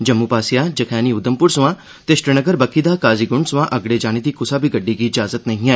जम्मू पासेया जखैनी उधमप्र सोयां ते श्रीनगर बक्खी दा काजीक्ंड सोयां अगड़े जाने दी क्सा बी गड्डी गी इजाजत नेई ऐ